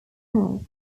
house